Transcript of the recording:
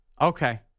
Okay